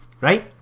Right